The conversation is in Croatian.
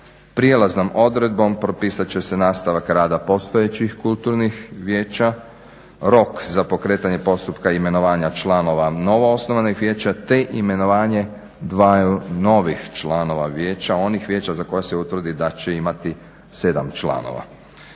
Prijelaznom odredbom propisat će se nastavak rada postojećih kulturnih vijeća. Rok za pokretanje postupka i imenovanja članova novoosnovanih vijeća te imenovanje dvaju novih članova vijeća, onih vijeća za koja se utvrdi da će imati sedam članova.